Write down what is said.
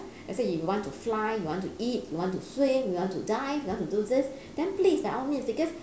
let's say you want to fly you want to eat you want to swim you want to dive you want to do this then please by all means because